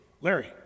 Larry